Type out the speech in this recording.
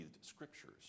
scriptures